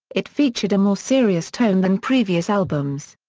it featured a more serious tone than previous albums.